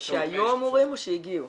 -- שהיו אמורים או שהגיעו?